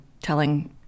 telling